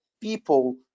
people